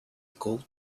gold